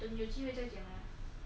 等有机会再讲 lor